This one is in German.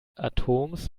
atoms